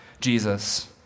Jesus